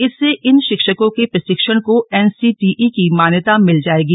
इससे इन शिक्षकों के प्रशिक्षण को एनसीटीई की मान्यता मिल जाएगी